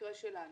במקרה שלנו.